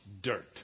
dirt